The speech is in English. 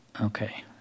Okay